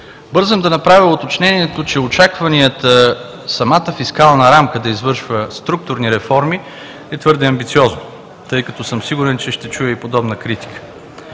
Бързам да направя уточнението, че очакванията самата фискална рамка да извършва структурни реформи е твърде амбициозно, тъй като съм сигурен, че ще чуя и подобна критика.